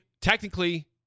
Technically